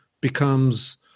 becomes